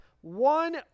one